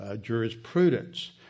jurisprudence